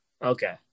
Okay